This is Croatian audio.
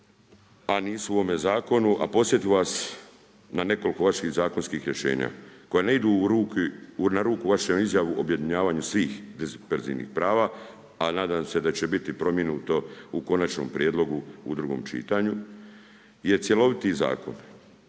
a nisu u ovome zakonu, a podsjetio bih vas na nekoliko vaših zakonskih rješenja koja ne idu na ruku vaše izjave o objedinjavanju svih disperzivnih prava, a nadam se da će biti promjenuto u konačnom prijedlogu u drugom čitanju je cjeloviti zakon.